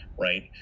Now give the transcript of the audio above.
right